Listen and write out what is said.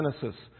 Genesis